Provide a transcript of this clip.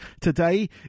today